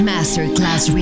Masterclass